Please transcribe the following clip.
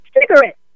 Cigarettes